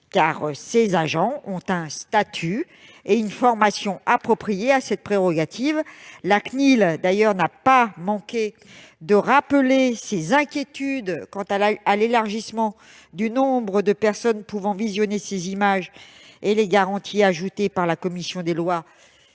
car ils ont un statut et une formation appropriés à cette prérogative. D'ailleurs, la CNIL n'a pas manqué de rappeler son inquiétude quant à l'élargissement du nombre de personnes pouvant visionner ces images. Les garanties apportées par la commission des lois